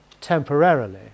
temporarily